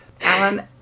Alan